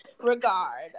regard